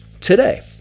today